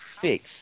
fix